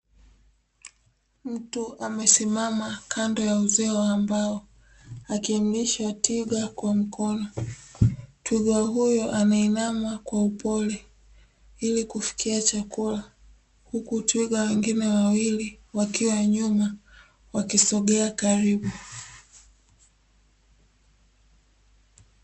Mtu amesimama kando ya uzio wa mbao akimlisha twiga kwa mkono, twiga huyo ameinama kwa upole ili kufikia chakula huku twiga wengine wawili wakiwa nyuma wakisogea karibu.